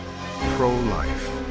Pro-life